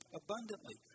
abundantly